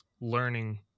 learning